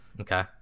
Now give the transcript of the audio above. Okay